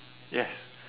yes